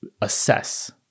assess